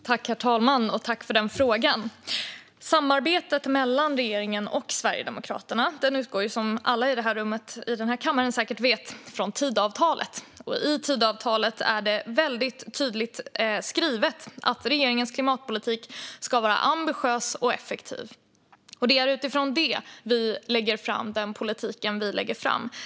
Herr talman! Tack för frågan, Elin Söderberg! Samarbetet mellan regeringen och Sverigedemokraterna utgår som säkert alla i kammaren vet från Tidöavtalet. I Tidöavtalet är det väldigt tydligt skrivet att regeringens klimatpolitik ska vara ambitiös och effektiv. Det är utifrån det vi lägger fram den politik som vi lägger fram.